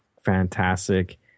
fantastic